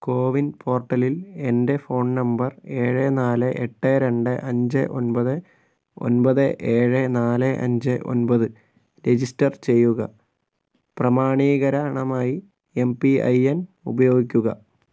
കോ win പോർട്ടലിൽ എൻ്റെ phone number ഏഴ് നാല് എട്ട് രണ്ട് അഞ്ച് ഒൻപത് ഒൻപത് ഏഴ് നാല് അഞ്ച് ഒൻപത് രജിസ്റ്റർ ചെയ്യുക പ്രമാണീകരണമായി എം പി ഐ എൻ ഉപയോഗിക്കുക